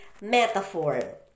metaphor